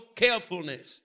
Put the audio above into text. carefulness